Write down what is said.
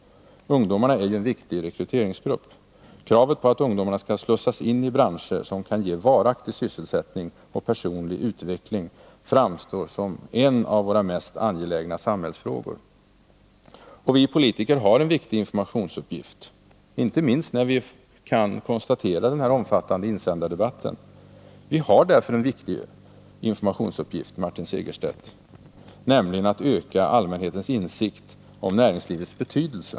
Ungdomarna är ju en viktig rekryteringsgrupp. Kravet på att ungdomarna skall slussas in i branscher som kan ge varaktig sysselsättning och personlig utveckling framstår som en av våra mest angelägna samhällsfrågor. Vi politiker har en viktig sådan informationsuppgift, inte minst mot bakgrunden av den omfattande insändardebatt som vi kunnat notera. En viktig sådan informationsuppgift, Martin Segerstedt, är att öka allmänhetens insikt om näringslivets betydelse.